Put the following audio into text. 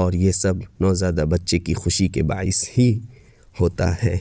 اور یہ سب نوزائیدہ بچے کی خوشی کے باعث ہی ہوتا ہے